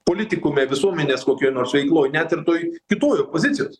politikų vie visuomenės kokioj nors veikloj net ir toj kitoj pozicijos